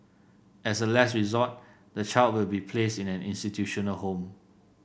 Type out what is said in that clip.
as a last resort the child will be placed in an institutional home